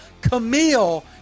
Camille